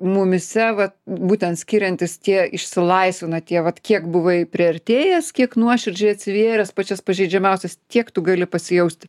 mumyse va būtent skiriantis tie išsilaisvina tie vat kiek buvai priartėjęs kiek nuoširdžiai atsivėręs pačias pažeidžiamiausias tiek tu gali pasijausti